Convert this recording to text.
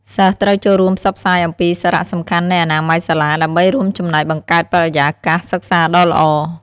សិស្សត្រូវចូលរួមផ្សព្វផ្សាយអំពីសារៈសំខាន់នៃអនាម័យសាលា ដើម្បីរួមចំណែកបង្កើតបរិយាកាសសិក្សាដ៏ល្អ។